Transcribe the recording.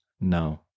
No